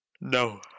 No